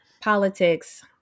politics